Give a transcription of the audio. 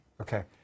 Okay